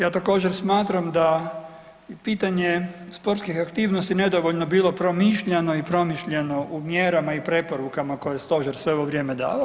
Ja također smatram da i pitanje sportskih aktivnosti nedovoljno bilo promišljano i promišljeno u mjerama i preporukama koje je stožer sve ovo vrijeme davao.